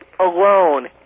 alone